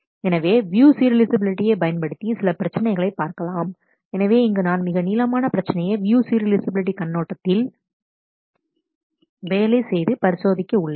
எனவே வியூ சீரியலைஃசபிலிட்டியை பயன்படுத்தி சில பிரச்சனைகளை பார்க்கலாம் எனவே இங்கு நான் மிக நீளமான பிரச்சனையை வியூ சீரியலைஃசபிலிட்டி கண்ணோட்டத்தில் வேலை செய்து பரிசோதிக்க உள்ளேன்